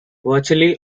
virtually